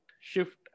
shift